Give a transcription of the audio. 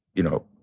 you know,